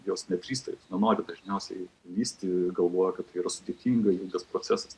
jos nedrįsta jos nenori dažniausiai lįsti galvoja kad tai yra sudėtinga ilgas procesas